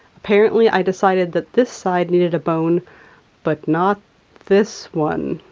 apparently i decided that this side needed a bone but not this one.